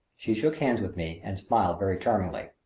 she shook hands with me and smiled very charmingly.